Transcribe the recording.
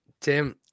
tim